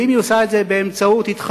ואם היא עושה את זה באמצעות התחזות